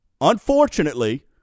unfortunately